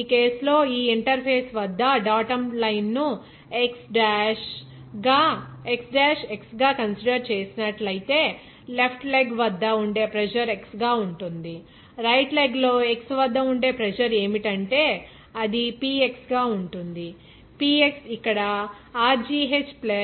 ఈ కేసు లో ఈ ఇంటర్ఫేస్ వద్ద డాటమ్ లైన్ ను x డాష్ x గా కన్సిడర్ చేసినట్లైతే లెఫ్ట్ లెగ్ వద్ద ఉండే ప్రెజర్ x గా ఉంటుంది రైట్ లెగ్ లో x వద్ద ఉండే ప్రెజర్ ఏమిటంటే అది Px గా ఉంటుంది Px ఇక్కడ rgh